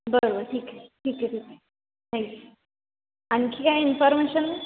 बरं बरं ठीक आहे ठीक आहे ठीक आहे थँकू आणखी काय इन्फॉर्मेशन